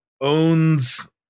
owns